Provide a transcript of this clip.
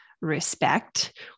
respect